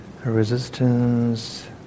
resistance